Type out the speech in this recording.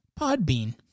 Podbean